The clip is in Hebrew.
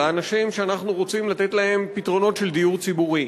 לאנשים שאנחנו רוצים לתת להם פתרונות של דיור ציבורי,